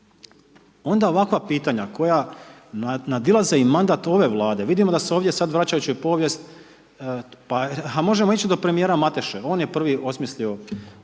onda ovakva pitanja koja nadilaze i mandat ove Vlade, vidimo da se sad ovdje sad vraćajući u povijest pa a možemo ići do premijera Mateše, on j prvi osmislio